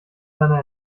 seiner